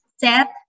Set